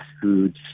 foods